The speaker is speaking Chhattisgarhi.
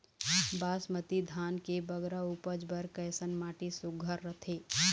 बासमती धान के बगरा उपज बर कैसन माटी सुघ्घर रथे?